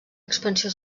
expansió